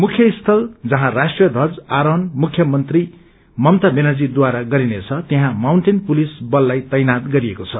मुख्य स्थल जहैं राष्ट्रीय ध्वज आरोहण मुख्यमन्त्री ममता ब्वानर्गीद्वारा गरिनेछ त्यहाँ माउन्टेन पुलिस बललाई तैनाथ गरिएको छ